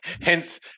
hence